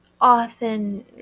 often